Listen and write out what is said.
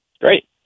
Great